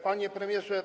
Panie Premierze!